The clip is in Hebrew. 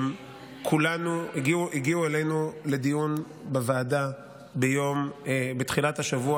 הגיעו אלינו לדיון בוועדה בתחילת השבוע